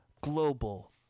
global